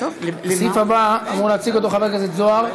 את הסעיף הבא אמור להציג חבר הכנסת זוהר,